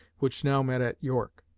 which now met at york.